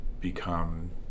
become